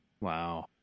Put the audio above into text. Wow